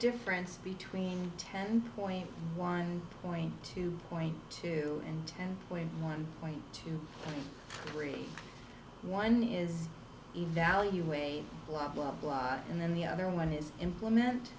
difference between ten point one going to point to ten point one two three one is evaluate blah blah blah and then the other one is implement